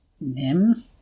Nim